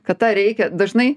kad tą reikia dažnai